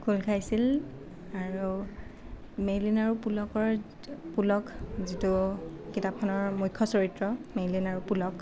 খোল খাইছিল আৰু মেইলিন আৰু পুলকৰ পুলক যিটো কিতাপখনৰ মুখ্য চৰিত্ৰ মেইলিন আৰু পুলক